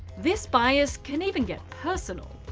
this bias can even get personal.